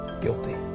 Guilty